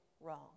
wrong